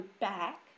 back